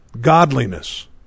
godliness